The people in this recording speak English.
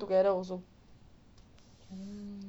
together also